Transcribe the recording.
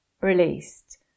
released